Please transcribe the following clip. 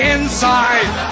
Inside